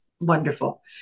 wonderful